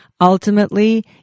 ultimately